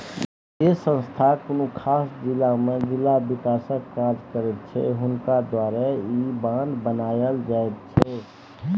जे संस्था कुनु खास जिला में जिला के विकासक काज करैत छै हुनका द्वारे ई बांड बनायल जाइत छै